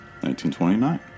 1929